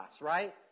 right